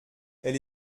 elle